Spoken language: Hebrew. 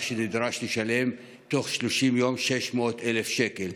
שנדרש לשלם תוך 30 יום 600,000 אלף שקל.